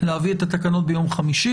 להביא את התקנות ביום חמישי.